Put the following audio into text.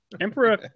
Emperor